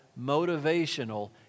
motivational